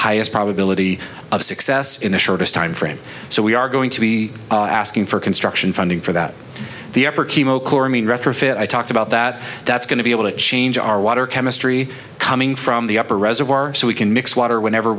highest probability of success in the shortest timeframe so we are going to be asking for construction funding for that the upper chemo chloramine retrofit i talked about that that's going to be able to change our water chemistry coming from the upper reservoir so we can mix water whenever